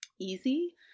easy